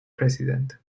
president